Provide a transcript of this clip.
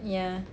yeah